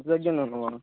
ఇంటి దగ్గరనే ఉన్నావా